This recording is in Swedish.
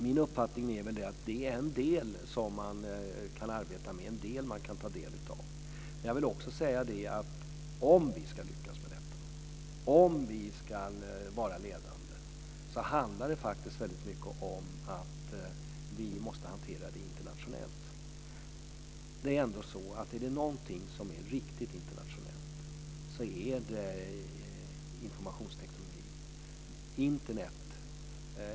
Min uppfattning är nog att det är en del som man kan arbeta med och ta del av. Men om vi ska lyckas med detta, om vi ska vara ledande, handlar det faktiskt väldigt mycket om att vi måste hantera detta internationellt. Och är det någonting som är riktigt internationellt, så är det informationstekniken - Internet.